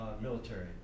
military